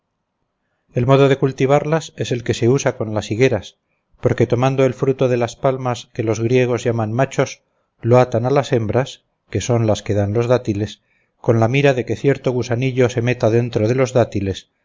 el modo de cultivarlas es el que se usa con las higueras porque tomando el fruto de las palmas que los griegos llaman machos lo atan a las hembras que son las que dan los dátiles con la mira de que cierto gusanillo se meta dentro de los dátiles